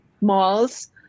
malls